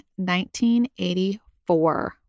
1984